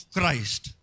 Christ